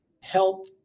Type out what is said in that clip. health